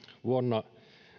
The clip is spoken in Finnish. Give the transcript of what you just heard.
vuonna